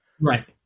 Right